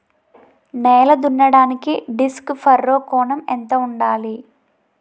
నేల దున్నడానికి disc furrow కోణం ఎంత ఉండాలి?